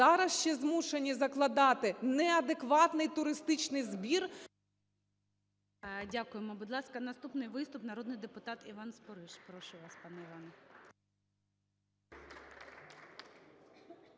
зараз ще змушені закладати неадекватний туристичний збір… ГОЛОВУЮЧИЙ. Дякуємо. Будь ласка, наступний виступ – народний депутат Іван Спориш. Прошу вас, пане Іване.